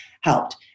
helped